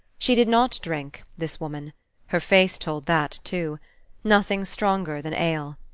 she did not drink, this woman her face told that, too nothing stronger than ale.